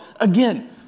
Again